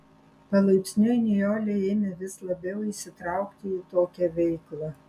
palaipsniui nijolė ėmė vis labiau įsitraukti į tokią veiklą